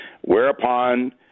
Whereupon